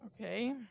Okay